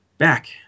back